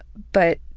but